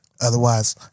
otherwise